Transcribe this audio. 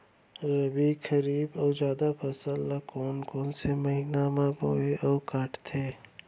रबि, खरीफ अऊ जादा फसल ल कोन कोन से महीना म बोथे अऊ काटते?